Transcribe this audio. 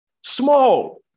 small